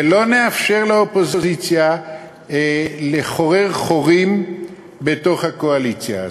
ולא נאפשר לאופוזיציה לחורר חורים בתוך הקואליציה הזאת.